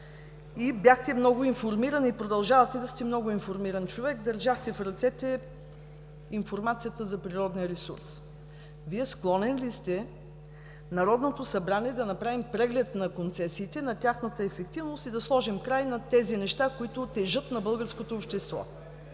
и бяхте много информиран, и продължавате да сте много информиран човек. Държахте в ръцете си информацията за природния ресурс. Вие склонен ли сте Народното събрание да направим преглед на концесиите, на тяхната ефективност и да сложим край на тези неща, които тежат на българското общество?